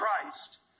christ